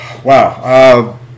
Wow